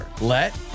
let